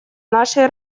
нашей